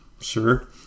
Sure